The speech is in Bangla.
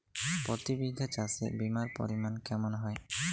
প্রতি বিঘা চাষে বিমার পরিমান কেমন হয়?